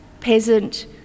peasant